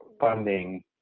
funding